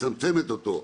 מצמצמת אותו,